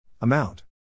Amount